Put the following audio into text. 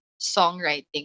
songwriting